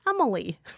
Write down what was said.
Emily